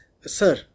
sir